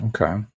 Okay